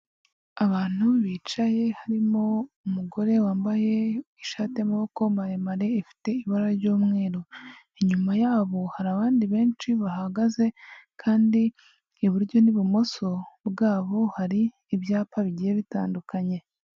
Abantu bicaye harimo umugore wambaye ishati y'amaboko maremare ifite ibara ry'umweru, inyuma yabo hari abandi benshi bahagaze kandi iburyo n'ibumoso bwabo hari ibyapa bigiye bitandukanye.